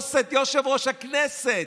לדרוס את יושב-ראש הכנסת,